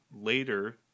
Later